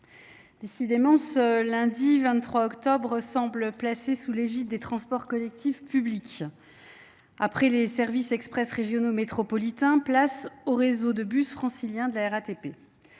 décidément, ce lundi 23 octobre 2023 semble placé sous l’égide des transports collectifs publics ! Après les services express régionaux métropolitains, place au réseau de bus francilien de la RATP.